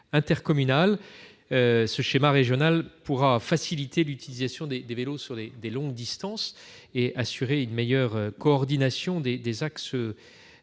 intercommunal. Un tel schéma régional pourra faciliter l'utilisation des vélos sur de longues distances et assurer une meilleure coordination des axes